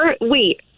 wait